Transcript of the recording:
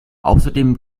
außerdem